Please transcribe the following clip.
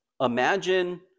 Imagine